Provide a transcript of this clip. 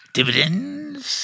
Dividends